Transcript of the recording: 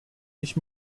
ich